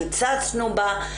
קיצצנו בה,